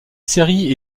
série